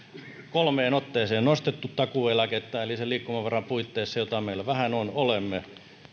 kolmeen otteeseen nostaneet takuueläkettä eli sen liikkumavaran puitteissa mitä meillä vähän on olemme